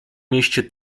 mieście